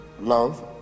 love